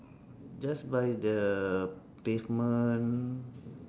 just by the pavement